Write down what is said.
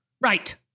Right